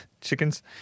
chickens